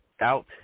out